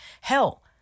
Hell